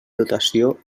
dotació